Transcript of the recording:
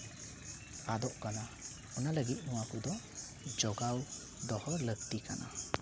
ᱟᱫᱚᱜ ᱠᱟᱱᱟ ᱚᱱᱟ ᱞᱟᱹᱜᱤᱫ ᱱᱚᱣᱟ ᱠᱚᱫᱚ ᱡᱚᱜᱟᱣ ᱫᱚᱦᱚ ᱞᱟᱹᱠᱛᱤ ᱠᱟᱱᱟ